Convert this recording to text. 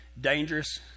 dangerous